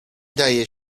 daje